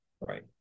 right